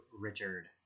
Richard